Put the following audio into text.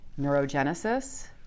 neurogenesis